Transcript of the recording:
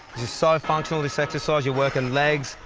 just so functional, this exercise you're working legs,